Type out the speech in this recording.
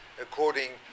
according